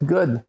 Good